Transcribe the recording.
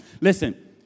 Listen